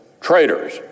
traitors